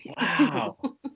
Wow